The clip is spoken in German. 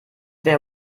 wer